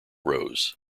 rose